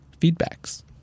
feedbacks